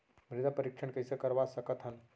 मृदा परीक्षण कइसे करवा सकत हन?